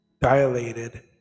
dilated